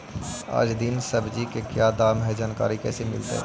आज दीन सब्जी का क्या दाम की जानकारी कैसे मीलतय?